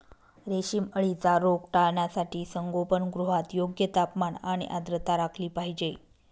रेशीम अळीचा रोग टाळण्यासाठी संगोपनगृहात योग्य तापमान आणि आर्द्रता राखली पाहिजे